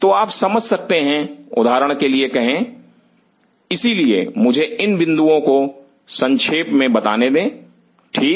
तो आप समझ सकते हैं उदाहरण के लिए कहे इसलिए मुझे इन बिंदुओं को संक्षेप में बताने दे ठीक